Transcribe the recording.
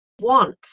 want